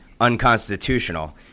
unconstitutional